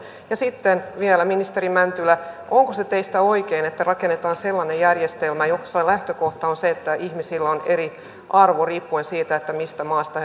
ja sitten vielä ministeri mäntylä onko se teistä oikein että rakennetaan sellainen järjestelmä jossa lähtökohta on se että ihmisillä on eri arvo riippuen siitä mistä maasta